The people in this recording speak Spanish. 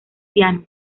piano